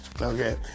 Okay